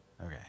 Okay